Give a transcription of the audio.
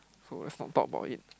so let's not talk about it